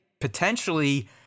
potentially